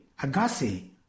Agassi